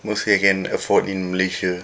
mostly I can afford in malaysia